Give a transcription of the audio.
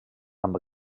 amb